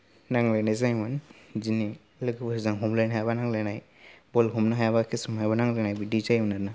नांलायनाय जायोमोन बिदिनो लोगोफोरजों हमलायनो हायाबानो नांलायनाय बल हमनो हायाबा केस हमनो हायाबा नांलायनाय बिदि जायोमोन आरोना